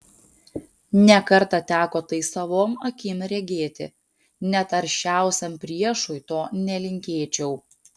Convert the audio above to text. ne kartą teko tai savom akim regėti net aršiausiam priešui to nelinkėčiau